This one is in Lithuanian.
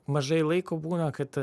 mažai laiko būna kad